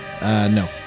No